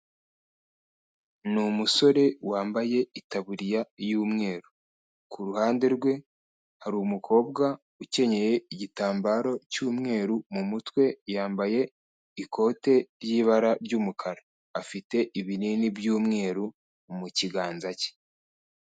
Ni umusore wambaye itaburiya y'umweru, ku ruhande rwe hari umukobwa ukenyeye igitambaro cy'umweru mu mutwe yambaye ikote ry'ibara ry'umukara. Afite ibinini by'umweru mu kiganza cye.